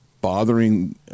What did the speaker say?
bothering